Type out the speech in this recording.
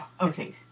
Okay